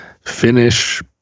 finish